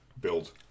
build